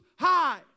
high